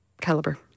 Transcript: caliber